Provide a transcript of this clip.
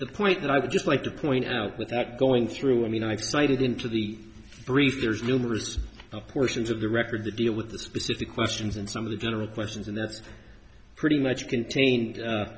the point that i would just like to point out without going through i mean i've cited into the brief there's numerous portions of the record that deal with the specific questions and some of the general questions and that's pretty much contained